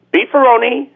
Beefaroni